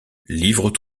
livres